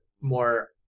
more